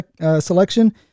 Selection